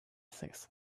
sixth